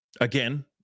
Again